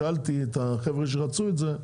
שאלתי את החבר'ה שרצו את זה: